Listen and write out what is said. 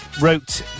wrote